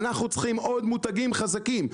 אנחנו צריכים עוד מותגים חזקים,